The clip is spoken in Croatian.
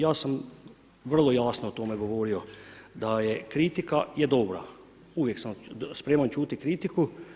Ja sam vrlo jasno o tome govorio , da je kritika dobra, uvijek sam spreman čuti kritiku.